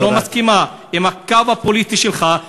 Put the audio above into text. אם היא לא מסכימה לקו הפוליטי שלך,